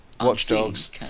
Watchdogs